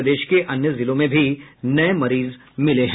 प्रदेश के अन्य जिलों में भी नये मरीज मिले हैं